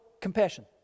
compassion